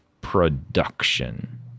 production